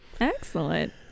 excellent